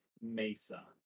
mesa